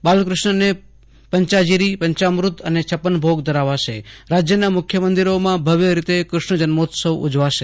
બાલક્રષ્ણને પંચ્યાજીરી પંચામૃત અને છપ્પનભોગ ધરાવાશે રાજ્યના મુખ્ય મંદિરોમાં ભવ્ય રીતે કૃષ્ણજન્મોત્સવ ઉજવાશે